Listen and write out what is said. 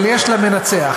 אבל יש לה מנצח.